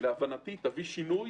להבנתי תביא שינוי